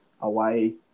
away